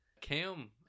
Cam